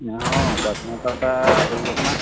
ᱦᱮᱸ ᱯᱟᱛᱟ ᱦᱩᱭ ᱜᱚᱫ ᱮᱱᱟ